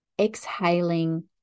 exhaling